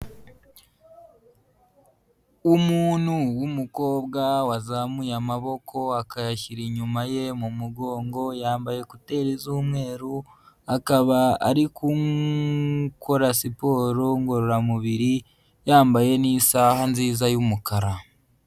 Umuntu w'umukobwa wazamuye amaboko akayashyira inyuma ye mu mugongo, yambaye kuteri z'umweru, akaba ari gukora siporo ngororamubiri, yambaye n'isaha nziza y'umukara.